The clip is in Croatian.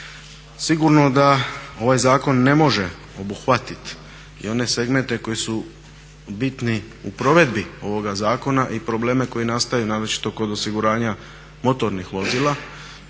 Sigurno da ovaj zakon ne može obuhvatiti i one segmente koji su bitni u provedbi ovoga zakona i probleme koji nastaju, naročito kod osiguranja motornih vozila,